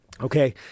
Okay